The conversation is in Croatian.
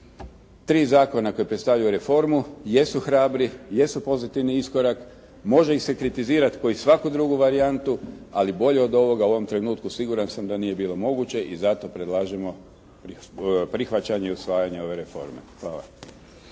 tri zakona koji predstavljaju reformu, jesu hrabri, jesu pozitivni iskorak, može ih se kritizirati kao i svaku drugu varijantu, ali bolje od ovoga u ovom trenutku siguran sam da nije bilo moguće i zato predlažemo prihvaćamo i usvajanje ove reforme. Hvala.